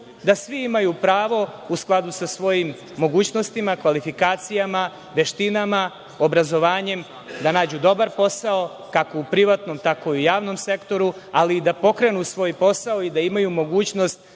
da svi imaju pravo, u skladu sa svojim mogućnostima, kvalifikacijama, veštinama, obrazovanjem, da nađu dobar posao, kako u privatnom tako i u javnom sektoru, ali i da pokrenu svoj posao i da imaju mogućnost